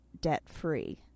debt-free